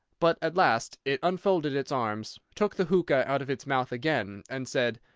but at last it unfolded its arms, took the hookah out of its mouth again, and said,